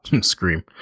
Scream